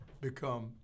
become